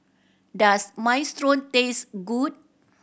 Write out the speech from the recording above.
does Minestrone taste good